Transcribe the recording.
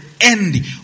end